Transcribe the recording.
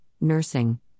nursing